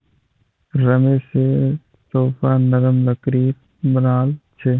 रमेशेर सोफा नरम लकड़ीर बनाल छ